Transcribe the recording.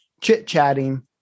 chit-chatting